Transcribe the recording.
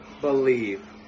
believe